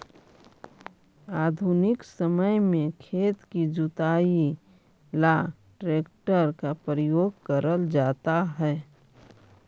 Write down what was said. आधुनिक समय में खेत की जुताई ला ट्रैक्टर का प्रयोग करल जाता है